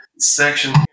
Section